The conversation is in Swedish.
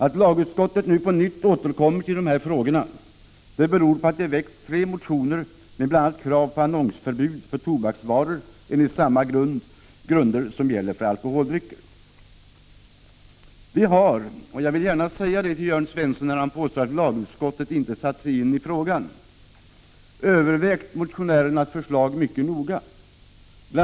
Att lagutskottet på nytt återkommer till dessa frågor beror på att det väckts tre motioner, med bl.a. krav på annonsförbud mot tobak enligt samma grunder som gäller för alkoholdrycker. Vi har, och jag vill gärna säga detta till Jörn Svensson, som påstår att lagutskottet inte satt sig in i frågan, övervägt motionärernas förslag mycket noga. Bl.